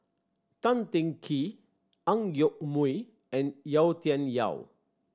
Tan Teng Kee Ang Yoke Mooi and Yau Tian Yau